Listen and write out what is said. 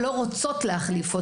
לא רוצות להחליף אותה.